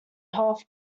health